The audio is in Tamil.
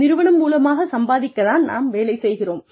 நிறுவனம் மூலமாகச் சம்பாதிக்கத் தான் நாம் வேலை செய்கிறோம்